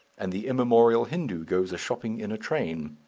and the immemorial hindoo goes a-shopping in a train,